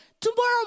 tomorrow